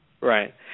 Right